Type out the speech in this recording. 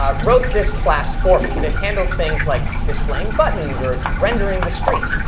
um wrote this class for me, and it handles things like displaying buttons or rendering the screen,